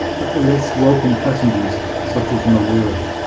but less welcome passengers such as malaria.